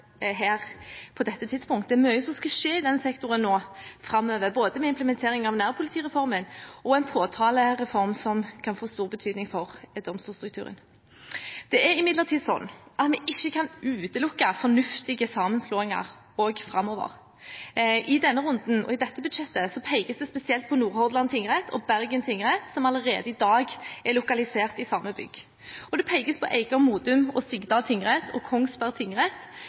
her på dette tidspunktet. Det er mye som skal skje i den sektoren framover, både med implementeringen av nærpolitireformen og en påtalereform, som kan få stor betydning for domstolsstrukturen. Det er imidlertid slik at vi ikke kan utelukke fornuftige sammenslåinger framover. I denne runden, i dette budsjettet, pekes det spesielt på Nordhordland tingrett og Bergen tingrett, som allerede i dag er lokalisert i samme bygg. Det pekes på Eiker, Modum og Sigdal tingrett og Kongsberg tingrett,